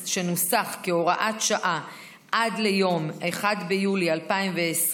שנוסח כהוראת שעה עד ליום 1 ביולי 2020,